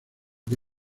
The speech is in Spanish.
que